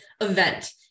event